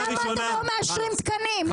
למה אתם לא מאשרים תקנים?